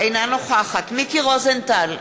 אינה נוכחת מיקי רוזנטל,